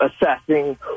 assessing